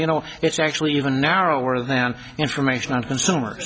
you know it's actually even narrower than information on consumer